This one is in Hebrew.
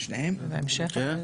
המשרד